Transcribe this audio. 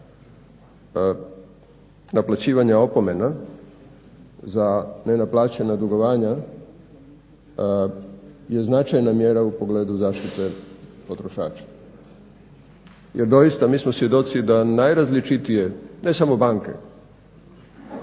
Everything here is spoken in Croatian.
naplaćivanja opomena za nenaplaćena dugovanja je značajna mjera u pogledu zaštite potrošača. Jer doista, mi smo svjedoci da najrazličitije ne samo banke